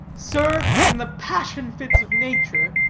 sir, in the passion-fits of nature,